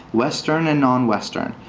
western and non-western,